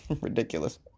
Ridiculous